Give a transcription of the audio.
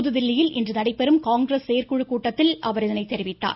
புதுதில்லியில் இன்று நடைபெற்று வரும் காங்கிரஸ் செயற்குழு கூட்டத்தில் அவர் இதனை தெரிவித்தார்